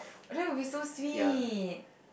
oh that would be so sweet